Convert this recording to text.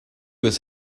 was